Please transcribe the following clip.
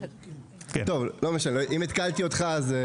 לא משנה, התקלתי אותך.